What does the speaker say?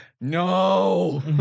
No